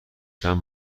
چند